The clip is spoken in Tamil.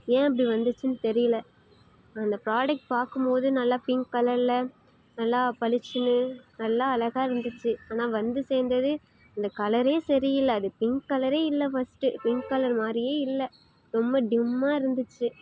ஏன் அப்படி வந்துச்சுன்னு தெரியலை அந்த ப்ராடக்ட் பார்க்கும் போது நல்லா பிங்க் கலரில் நல்லா பளிச்சின்னு நல்லா அழகாக இருந்துச்சு ஆனால் வந்து சேர்ந்தது இந்த கலரே சரி இல்லை அது பிங்க் கலரே இல்லை ஃபர்ஸ்ட்டு பிங்க் கலர் மாதிரியே இல்லை ரொம்ப டிம்மாக இருந்துச்சு